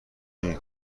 نمی